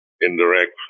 Indirect